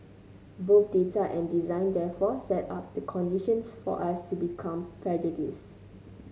both data and design therefore set up the conditions for us to become prejudiced